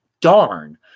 darn